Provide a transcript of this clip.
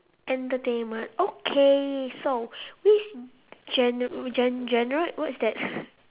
entertainment okay so which gener~ gen~ genre what is that